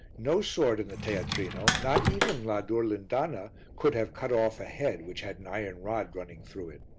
no sword in the teatrino, not even la durlindana, could have cut off a head which had an iron rod running through it.